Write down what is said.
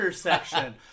section